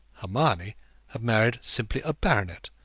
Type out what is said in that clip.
hermione had married simply a baronet,